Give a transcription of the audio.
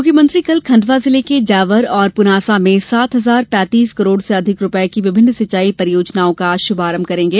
मुख्यमंत्री कल खंडवा जिले के जावर और पुनासा में सात हजार पैंतीस करोड़ से अधिक रूपये की विभिन्न सिंचाई परियोजना का शुभारंभ करेंगे